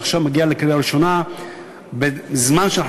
והוא מגיע לקריאה ראשונה בזמן שאנחנו